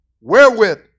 wherewith